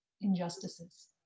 injustices